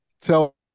tell